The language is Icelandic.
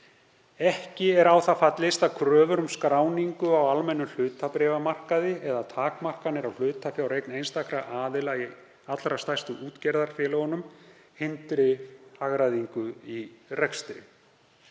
Ekki er á það fallist að kröfur um skráningu á almennum hlutabréfamarkaði eða takmarkanir á hlutafjáreign einstakra aðila í allra stærstu útgerðarfélögunum hindri hagræðingu í rekstri.